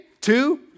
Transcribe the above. two